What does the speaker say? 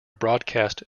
broadcast